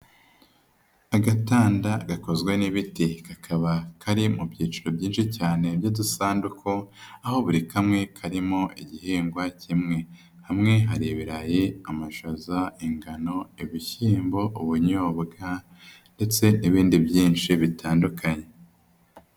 Agatanda gakozwe n'ibiti kakaba kari mu byiciro byinshi cyane by'udusanduku, aho buri kamwe karimo igihingwa kimwe. Hamwe hari ibirayi, amashaza, ingano, ibishyimbo, ubunyobwa ndetse n'ibindi byinshi bitandukanye.